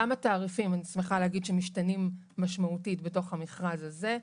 אני שמחה להגיד שגם התעריפים משתנים משמעותית בתוך המכרז הזה.